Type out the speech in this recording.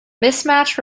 mismatch